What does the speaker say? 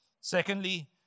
Secondly